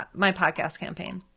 um my podcast campaign.